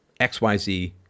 XYZ